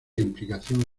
implicación